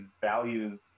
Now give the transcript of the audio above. values